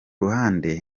ruhande